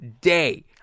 day